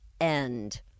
end